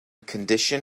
condition